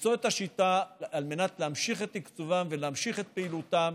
למצוא את השיטה על מנת להמשיך את תקצובם ולהמשיך את פעילותם.